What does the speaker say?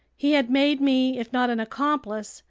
he had made me, if not an accomplice,